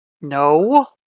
No